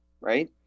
right